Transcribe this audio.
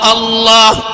Allah